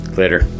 later